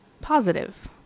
positive